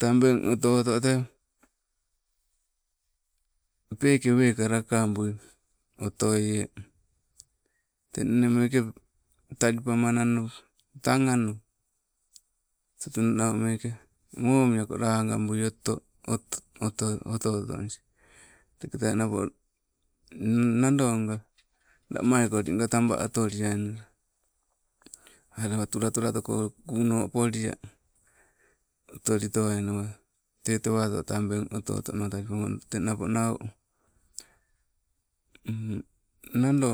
Tabeng oto oto tee, peeke weeke akaabui otoie. Teng nne meeke talipamanano tang ano tutuna nau meeke momiako langabui oto, oto oto otonis. Teketai napo nne nandonga lamaikolinnga taba otoliaina, alewa tulatulatoko kono polia, otoli towainawa tee tewato tabeng, oto oto nala. Teng napo nau, nando,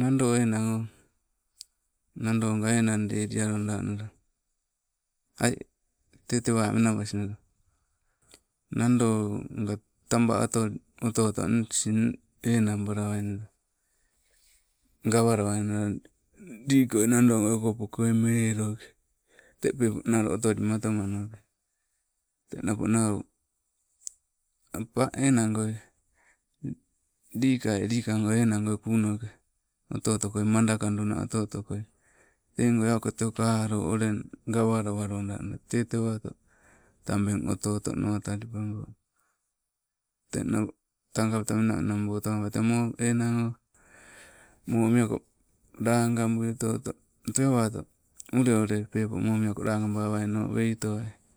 nando enang o, nadonga enang delialoda nala ai te tewa menabasinago. Nandonga taba otoli, oto otonis enangbalawai, gawalewainala, lii koi nadoigoi okopokoi meloke, te peepo nalo otolimatomano ke. Teng napo nau, enangoi likai likangoi, enang goi kuunoke, oto otokoi madaka duna oto otokoi, te goi auka teuka alo olen gawalawalotanna tee tewato tabeng oto oto nonawa talipago, teng nau, tang kapeta menamena botawabai, teme o enang o, momiako lagabui oto oto tee awaato ule peepo momiako lagabawaino wei towai